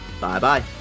Bye-bye